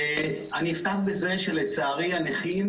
אני אפתח בכך שלצערי הנכים,